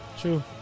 True